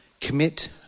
Commit